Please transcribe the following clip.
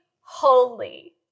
holy